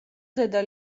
ზედა